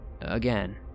Again